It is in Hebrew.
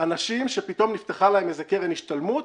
אנשים שפתאום נפתחה להם קרן השתלמות